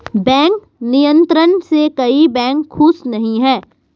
bank नियंत्रण से कई बैंक खुश नही हैं